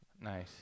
Nice